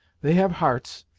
they have hearts,